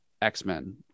X-Men